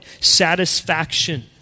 satisfaction